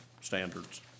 standards